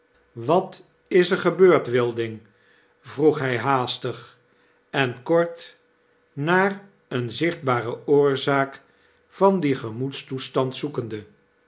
wat is er gebeurd wilding vroeg hy haastig en kort naar een zichtbare oorzaak van dien gemoedstoestand zoekende